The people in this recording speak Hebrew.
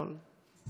לא, לא.